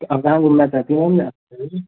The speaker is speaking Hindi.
तो आप कहाँ घूमना चाहती हैं मैम यहाँ चलेंगे